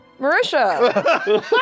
Marisha